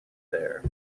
there